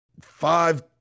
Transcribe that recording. five